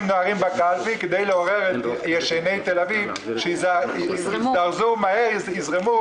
נוהרים לקלפי כדי לעורר את ישני תל אביב שיזדרזו לקלפיות.